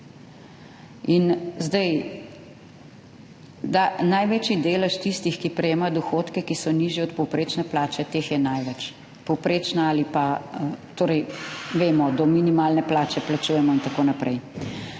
In zdaj, da največji delež tistih, ki prejemajo dohodke, ki so nižji od povprečne plače, teh je največ povprečna ali pa torej vemo, do minimalne plače plačujemo in tako naprej,